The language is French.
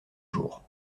jour